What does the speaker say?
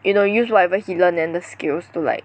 you know use whatever he learn and the skills to like